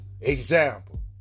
Example